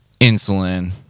insulin